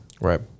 Right